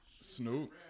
Snoop